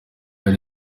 yari